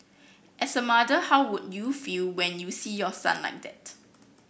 as a mother how would you feel when you see your son like that